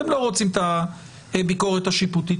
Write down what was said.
אתם לא רוצים את הביקורת השיפוטית.